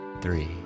three